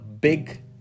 big